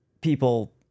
People